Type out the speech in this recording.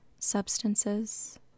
substances